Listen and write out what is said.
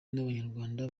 n’abanyarwanda